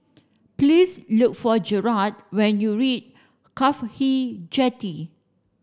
please look for Gerald when you reach CAFHI Jetty